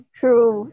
true